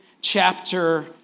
chapter